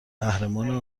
قهرمانان